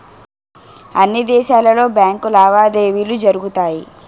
అన్ని దేశాలలో బ్యాంకు లావాదేవీలు జరుగుతాయి